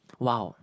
!wow!